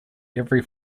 every